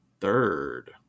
third